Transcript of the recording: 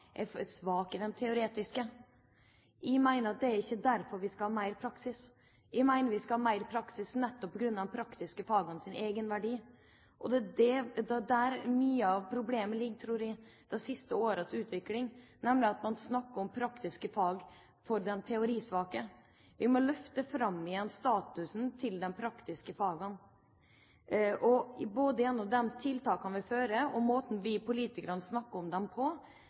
er svake i de teoretiske. Jeg mener at det ikke er derfor vi skal ha mer praksis. Jeg mener vi skal ha mer praksis nettopp på grunn av de praktiske fagenes egenverdi. Og det er der mye av problemet for de siste årenes utvikling ligger, tror jeg, nemlig at man snakker om praktiske fag for de teorisvake. Vi må løfte fram igjen statusen til de praktiske fagene, og både gjennom de tiltakene vi gjør og måten vi politikere snakker om dem på,